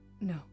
No